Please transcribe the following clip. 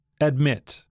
Admit